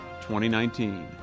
2019